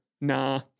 nah